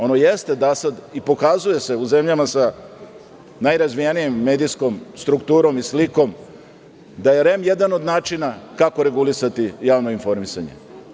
Ono jeste i pokazuje se u zemljama sa najrazvijenijom medijskom strukturom i slikom da je REM jedan od načina kako regulisati javno informisanje.